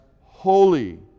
holy